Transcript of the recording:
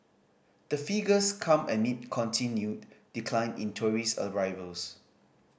the figures come amid continued decline in tourist arrivals